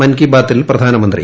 മൻകി ബാതിൽ പ്രധാനമന്ത്രി